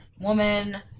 woman